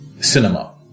cinema